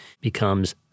becomes